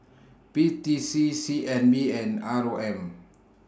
P T C C N B and R O M